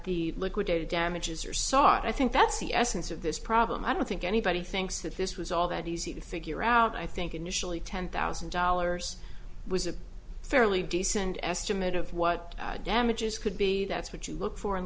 the liquidated damages are sought i think that's the essence of this problem i don't think anybody thinks that this was all that easy to figure out i think initially ten thousand dollars was a fairly decent estimate of what damages could be that's what you look for in